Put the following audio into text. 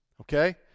okay